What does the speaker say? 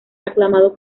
aclamado